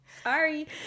Sorry